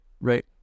right